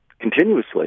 continuously